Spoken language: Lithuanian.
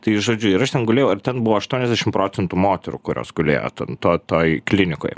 tai žodžiu ir aš ten gulėjau ir ten buvo aštuoniasdešim procentų moterų kurios gulėjo ten to toj klinikoj